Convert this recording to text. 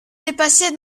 dépassé